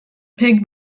pig